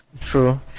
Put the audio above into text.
true